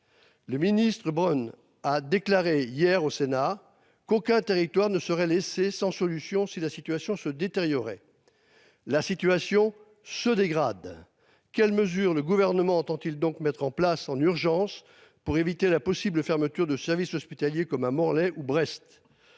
Le ministre-Brown a déclaré hier au Sénat qu'aucun territoire ne serait laissé sans solution. Si la situation se détériorer. La situation se dégrade. Quelles mesures le gouvernement entend-il donc mettre en place en urgence pour éviter la possible fermeture de services hospitaliers comme à Morlaix ou Brest.